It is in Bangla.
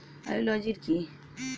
বায়ো লিওর কি?